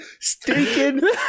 stinking